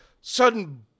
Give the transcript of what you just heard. sudden